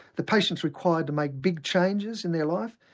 the patient is required to make big changes in their life,